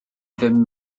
ddim